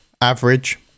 Average